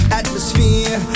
atmosphere